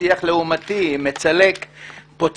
שיח לעומתי פוצע,